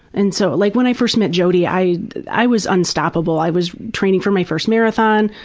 and so, like when i first met jodie, i i was unstoppable. i was training for my first marathon.